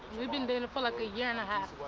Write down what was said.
we've been dating for, like, a year and a half.